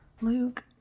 Luke